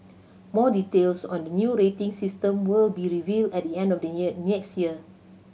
more details on the new rating system will be revealed at the end of the year next year